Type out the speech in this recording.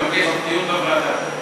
מבקש דיון בוועדה.